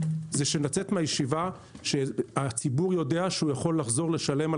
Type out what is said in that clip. זה לצאת מהישיבה שהציבור יודע שהוא יכול לחזור לשלם על